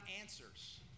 answers